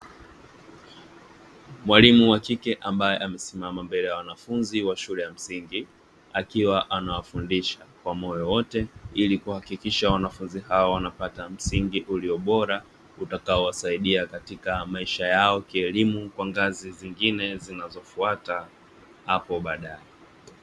Mwalimu wa kike ambaye amesimama mbele ya wanafunzi wa shule ya msingi, akiwa anawafundisha kwa moyo wote ili kuhakikisha wanafunzi hao wanapata msingi ulio bora utakao wasaidia katika maisha yao kielimu kwa ngazi zingine zinazofuata hapo baadaye.